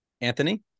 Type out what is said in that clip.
Anthony